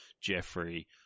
Jeffrey